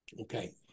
Okay